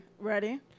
Ready